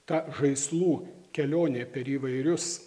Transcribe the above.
ta žaislų kelionė per įvairius